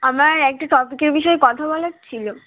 আমার একটা টপিকের বিষয়ে কথা বলার ছিলো